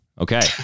Okay